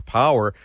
power